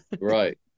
Right